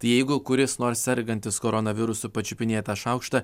tai jeigu kuris nors sergantis koronavirusu pačiupinėja tą šaukštą